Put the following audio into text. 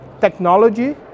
technology